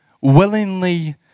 willingly